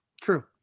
True